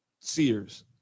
Sears